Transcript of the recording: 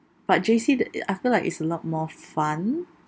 but J_C that uh I feel like it's a lot more fun